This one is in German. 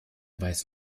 weiß